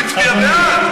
הוא פרש, הוא התפטר.